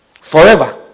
forever